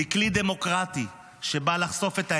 היא כלי דמוקרטי שבא לחשוף את האמת,